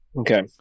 Okay